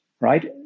right